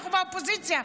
אנחנו באופוזיציה.